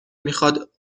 میخواد